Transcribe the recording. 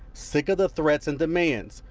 sick of the threats and demands.